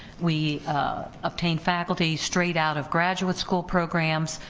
we obtain faculty straight out of graduate school programs,